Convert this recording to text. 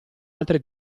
altre